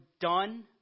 done